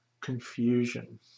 confusion